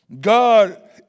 God